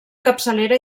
capçalera